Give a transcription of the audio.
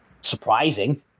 surprising